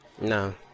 no